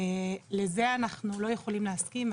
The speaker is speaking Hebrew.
לזה אנחנו לא יכולים להסכים.